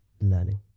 learning